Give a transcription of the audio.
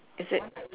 is it